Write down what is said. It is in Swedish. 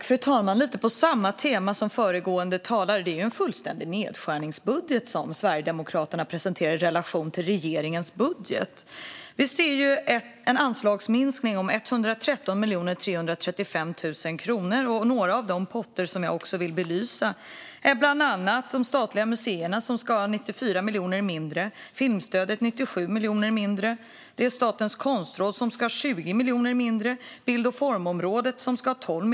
Fru talman! Låt mig fortsätta på samma tema: Det är en fullständig nedskärningsbudget som Sverigedemokraterna presenterar i relation till regeringens budget. Vi ser en anslagsminskning om 113 335 000 kronor. Jag ska belysa några av dessa potter. De statliga museerna får 94 miljoner mindre, filmstödet 97 miljoner mindre, Statens konstråd 20 miljoner mindre och bild och formområdet 12 miljoner mindre.